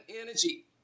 energy